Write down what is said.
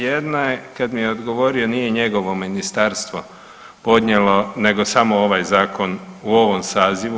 Jedna je kada mi je odgovorio nije njegovo Ministarstvo podnijelo, nego samo ovaj zakon u ovom sazivu.